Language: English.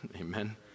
Amen